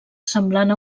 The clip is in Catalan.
semblant